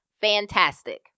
fantastic